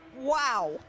Wow